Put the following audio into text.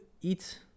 eat